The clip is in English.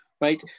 right